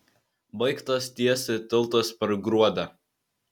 baigtas tiesti tiltas per gruodę